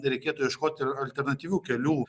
reikėtų ieškoti ir alternatyvių kelių